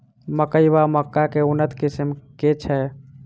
मकई वा मक्का केँ उन्नत किसिम केँ छैय?